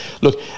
Look